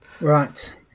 Right